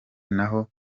naho